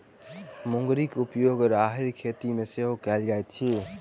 मुंगरीक उपयोग राहरिक खेती मे सेहो कयल जाइत अछि